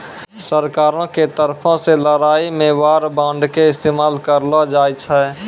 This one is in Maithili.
सरकारो के तरफो से लड़ाई मे वार बांड के इस्तेमाल करलो जाय छै